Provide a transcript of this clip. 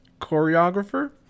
choreographer